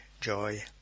joy